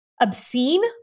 obscene